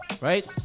Right